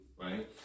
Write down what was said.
right